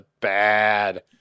bad